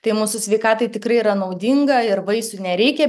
tai mūsų sveikatai tikrai yra naudinga ir vaisių nereikia